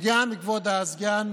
כבוד סגן